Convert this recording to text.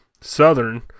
Southern